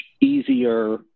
easier